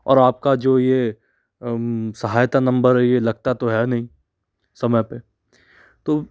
और आपका जो ये सहायता नंबर है ये तो लगता तो है नहीं समय पर तो